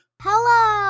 Hello